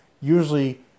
usually